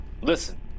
listen